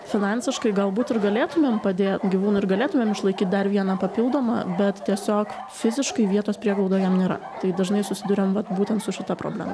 finansiškai galbūt ir galėtumėm padėt gyvūnui ir galėtumėm išlaikyt dar vieną papildomą bet tiesiog fiziškai vietos prieglaudoj jam nėra tai dažnai susiduriam vat būtent su šita problema